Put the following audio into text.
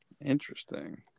Interesting